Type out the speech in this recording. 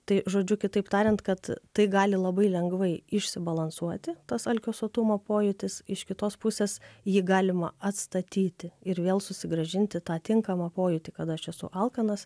tai žodžiu kitaip tariant kad tai gali labai lengvai išsibalansuoti tas alkio sotumo pojūtis iš kitos pusės jį galima atstatyti ir vėl susigrąžinti tą tinkamą pojūtį kada aš esu alkanas